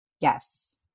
Yes